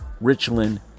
Richland